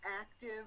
active